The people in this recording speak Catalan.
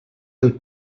del